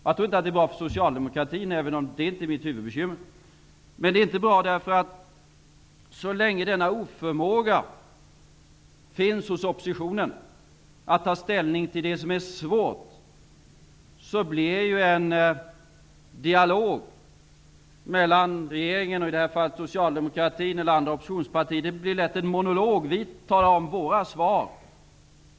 Jag tror inte att det är bra för Socialdemokraterna, även om det inte är mitt huvudbekymmer. Men det är inte bra därför att så länge denna oförmåga att ta ställning till det som är svårt finns hos oppositionen, blir ju en dialog mellan regeringen och i det här fallet Socialdemokraterna eller andra oppositionspartier lätt en monolog. Vi talar om våra svar.